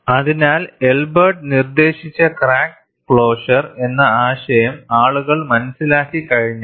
അതിനാൽ എൽബർട്ട് നിർദ്ദേശിച്ച crack closure എന്ന ആശയം ആളുകൾ മനസ്സിലാക്കി കഴിഞ്ഞാൽ